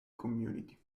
community